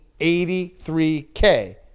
83K